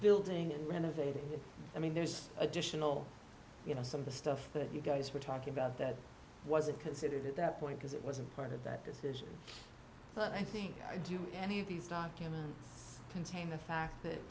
building in windows eight i mean there's additional you know some of the stuff that you guys were talking about that wasn't considered at that point because it wasn't part of that decision but i think i do any of these documents contain the fact that